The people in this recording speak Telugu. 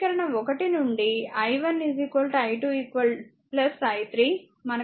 సమీకరణం 1 నుండి i1 i2 i3 మనకు తెలుసు